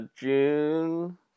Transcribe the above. June